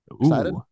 Excited